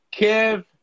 Kev